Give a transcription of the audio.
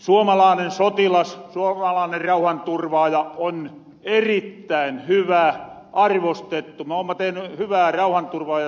suomalaanen sotilas suomalaanen rauhanturvaaja on erittäin hyvä arvostettu me oomma tehny hyvää rauhanturvaajatyötä